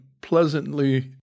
pleasantly